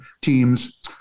teams